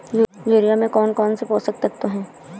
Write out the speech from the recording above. Urea में कौन कौन से पोषक तत्व है?